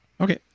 okay